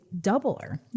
doubler